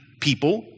people